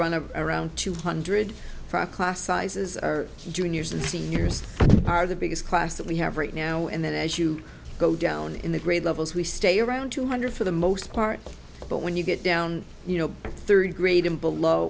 a around two hundred for a class sizes are juniors and seniors are the biggest class that we have right now and then as you go down in the grade levels we stay around two hundred for the most part but when you get down you know third grade and below